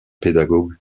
pédagogue